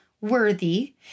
worthy